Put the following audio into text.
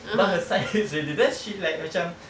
but her side is already then she like macam